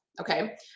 Okay